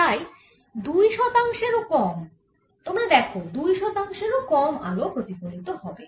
তাই 2 শতাংশের ও কম তোমরা দেখো 2 শতাংশের ও কম আলো প্রতিফলিত হবে